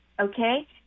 okay